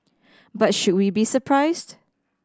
but should we be surprised